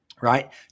Right